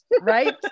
right